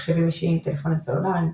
מחשבים אישיים, טלפונים סלולריים,